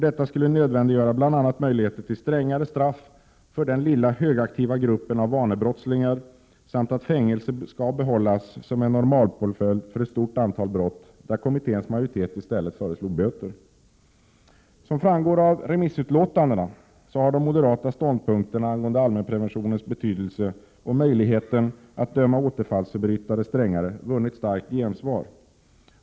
Detta skulle nödvändiggöra bl.a. möjligheter till strängare straff för den lilla högaktiva gruppen av vanebrottslingar samt att fängelse skall behållas som en normalpåföljd för ett stort antal brott, för vilka Som framgår av remissutlåtandena har de moderata ståndpunkterna 10 juni 1988 angående allmänpreventionens betydelse och möjligheten att döma återfallsförbrytare strängare vunnit starkt gensvar.